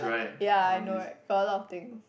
ya I know right got a lot of thing